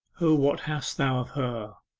o, what hast thou of her,